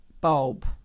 bulb